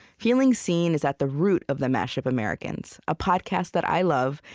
feeling seen is at the root of the mash-up americans, a podcast that i love,